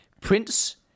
Prince